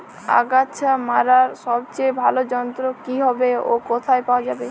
আগাছা মারার সবচেয়ে ভালো যন্ত্র কি হবে ও কোথায় পাওয়া যাবে?